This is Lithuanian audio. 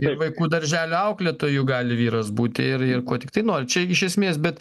ir vaikų darželio auklėtoju gali vyras būti ir ir kuo tiktai nori čia iš esmės bet